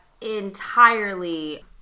entirely